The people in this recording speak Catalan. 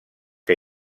que